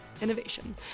innovation